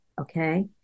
Okay